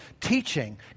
teaching